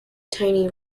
tiny